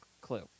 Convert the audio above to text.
clue